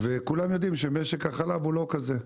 וכולם יודעים שמשק החלב הוא לא כזה.